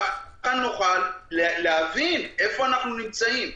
כך נוכל להבין איפה אנחנו נמצאים.